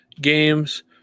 games